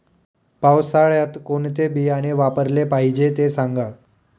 पावसाळ्यात कोणते बियाणे वापरले पाहिजे ते सांगा